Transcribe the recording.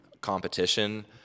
competition